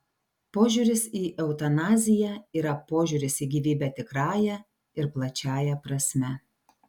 požiūris į eutanaziją yra požiūris į gyvybę tikrąja ir plačiąja prasme